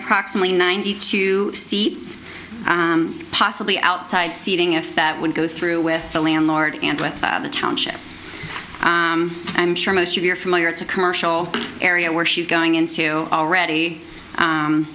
approximately ninety two seats possibly outside seating if that would go through with the landlord and with the township i'm sure most of your familiar it's a commercial area where she's going into already